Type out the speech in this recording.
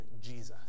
Jesus